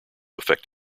effect